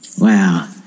Wow